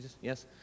Yes